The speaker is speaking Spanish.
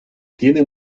tiene